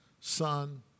son